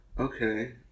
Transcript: okay